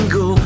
go